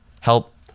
help